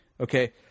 Okay